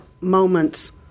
moments